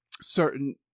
Certain